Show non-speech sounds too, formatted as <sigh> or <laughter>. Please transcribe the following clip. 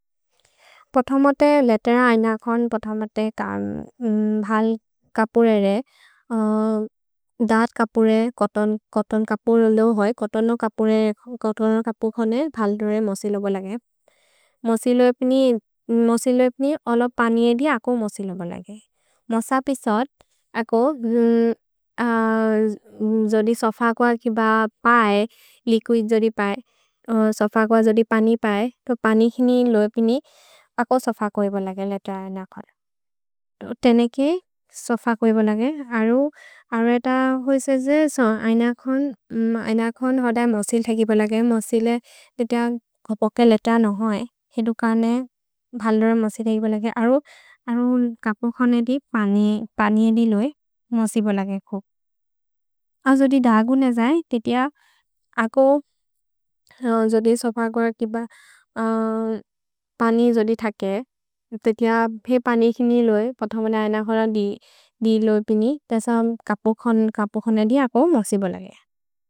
पथमते लेतेर ऐन खोन्, पथमते <hesitation> भल् कपुरेरे, धत् कपुरे, कतन् कपुर् दो होइ, कतनो कपुरे, कतनो कपुर् खोनेर्, भल् दोरे मोसिलो बोलगे। मोसिलो एप्नि, मोसिलो एप्नि, अलो पनि एदि अको मोसिलो बोलगे। मोस पिसोत्, अको <hesitation> जोदि सोफक्व किब पए, लिकुइद् जोदि पए, सोफक्व जोदि पनि पए, तो पनि एप्नि, अको सोफक्व एबोलगे लेतेर ऐन खोन्। तेने कि, सोफक्व एबोलगे, अरु, अरु एत होइ सेजे, सो ऐन खोन्, ऐन खोन् होद मोसिलो थगि एबोलगे, मोसिलो लेतेर गोपोके लेतेर न होइ, हिदु कने, भल् दोरे मोसिलो थगि एबोलगे, अरु, अरु कपुर् खोनेर् दि, पनि, पनि एदि लोए, मोसिलो बोलगे को। अ जोदि दगुन जै, तेतेअ, अको जोदि सोफक्व किब <hesitation> पनि जोदि थगे, तेतेअ, भे पनि एकिनि लोए, पथमने ऐन खोन दि, दि लोए एप्नि, तेस कपुर् खोन्, कपुर् खोनेर् दि, अको मोसिलो बोलगे।